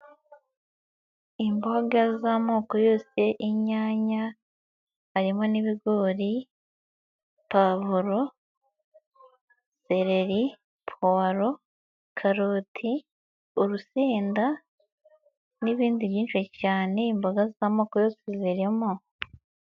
Imboga z'amoko yose inyanya, harimo n'ibigori, pavuro, sereri, puwalo, karoti, urusinnda n'izindi nyinshi cyane, imboga z'amoko yose zirimo.